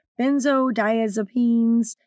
benzodiazepines